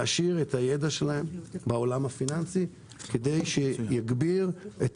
להעשיר את הידע שלהם בעולם הפיננסי כדי שיגביר את